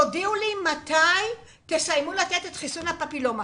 להודיע מתי הן יסיימו לתת את חיסון הפפילומה.